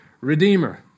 Redeemer